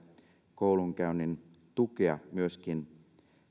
koulunkäynnin tukea myöskin